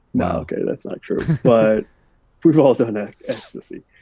no, okay, that's not true. but we've all done ecstasy.